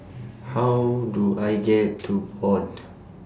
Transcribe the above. How Do I get to Board